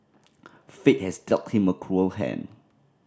fate has dealt him a cruel hand